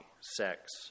sex